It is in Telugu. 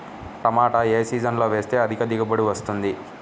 టమాటా ఏ సీజన్లో వేస్తే అధిక దిగుబడి వస్తుంది?